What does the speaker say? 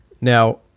Now